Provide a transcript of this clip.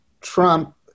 Trump